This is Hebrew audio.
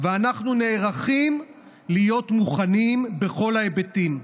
ואנחנו נערכים להיות מוכנים בכל ההיבטים.